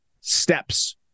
steps